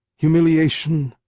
humiliation,